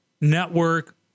network